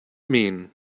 mean